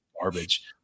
garbage